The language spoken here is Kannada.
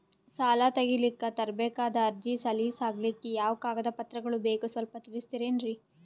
ಸಾಲ ತೆಗಿಲಿಕ್ಕ ತರಬೇಕಾದ ಅರ್ಜಿ ಸಲೀಸ್ ಆಗ್ಲಿಕ್ಕಿ ಯಾವ ಕಾಗದ ಪತ್ರಗಳು ಬೇಕು ಸ್ವಲ್ಪ ತಿಳಿಸತಿರೆನ್ರಿ?